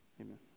Amen